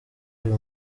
uyu